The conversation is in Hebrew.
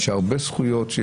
יש הרבה זכויות.